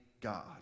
God